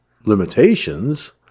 limitations